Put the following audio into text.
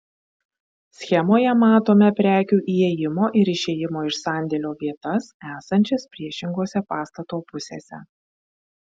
schemoje matome prekių įėjimo ir išėjimo iš sandėlio vietas esančias priešingose pastato pusėse